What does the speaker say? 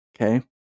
Okay